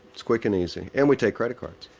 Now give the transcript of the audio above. it's quick and easy. and we take credit cards.